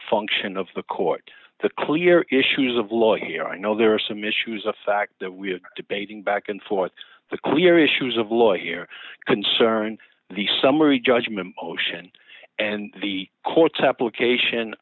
function of the court the clear issues of law here i know there are some issues the fact that we had debating back and forth the clear issues of lawyer here concern the summary judgment motion and the court's application